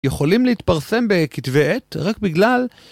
יכולים להתפרסם בכתבי עת רק בגלל...